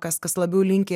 kas kas labiau linkę